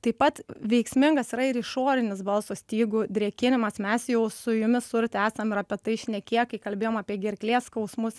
taip pat veiksmingas yra ir išorinis balso stygų drėkinimas mes jau su jumis urte esam ir apie tai šnekėję kai kalbėjom apie gerklės skausmus